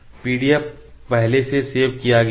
PDF पहले से save किया गया है